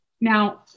Now